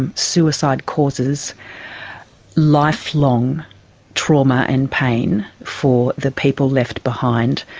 and suicide causes lifelong trauma and pain for the people left behind.